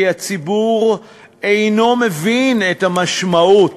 כי הציבור אינו מבין את המשמעות,